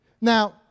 Now